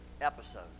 episode